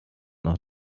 noch